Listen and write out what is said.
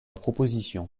proposition